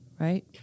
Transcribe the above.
Right